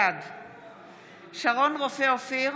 בעד שרון רופא אופיר,